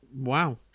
Wow